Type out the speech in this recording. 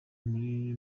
muri